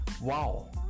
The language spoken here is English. wow